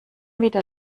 wieder